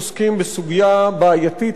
עוסקים בסוגיה בעייתית,